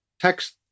text